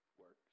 works